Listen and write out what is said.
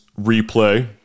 replay